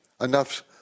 enough